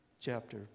chapter